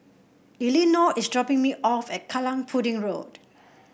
Elinor is dropping me off at Kallang Pudding Road